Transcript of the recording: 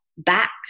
back